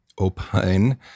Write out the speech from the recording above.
opine